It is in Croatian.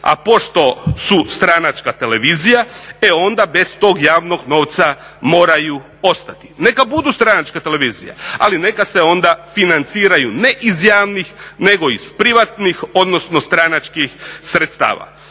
a pošto su stranačka televizija e onda bez tog javnog novca moraju ostati. Neka budu stranačka televizija ali neka se onda financiraju ne iz javnih nego iz privatnih odnosno stranačkih sredstava.